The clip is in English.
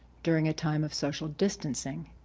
during a time of social distancing,